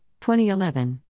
2011